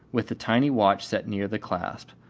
with the tiny watch set near the clasp,